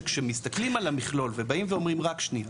שכשמסתכלים על המכלול ובאים ואומרים רק שניה,